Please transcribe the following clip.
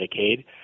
Medicaid